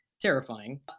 Terrifying